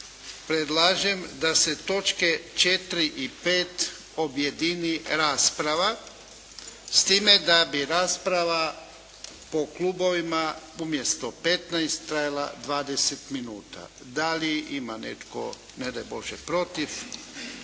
predlažem da se točke 4. i 5. objedini rasprava, s time da bi rasprava po klubovima umjesto 15 trajala 20 minuta. Da li ima netko ne daj Bože protiv?